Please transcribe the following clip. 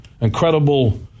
incredible